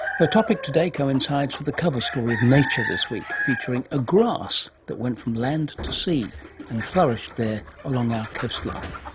her topic today coincides with the cover story of nature this week, featuring a grass that went from land to sea and flourished there along our coastline.